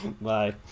Bye